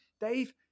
Dave